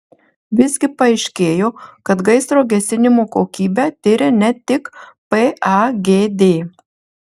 visgi paaiškėjo kad gaisro gesinimo kokybę tiria ne tik pagd